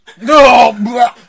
No